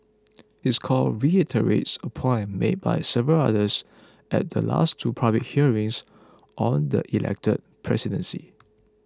his call reiterates a point made by several others at the last two public hearings on the elected presidency